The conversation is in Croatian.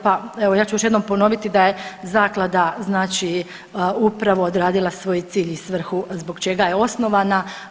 Pa evo ja ću još jednom ponoviti da je zaklada znači upravo odradila svoj cilj i svrhu zbog čega je osnovana.